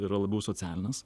yra labiau socialinės